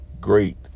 great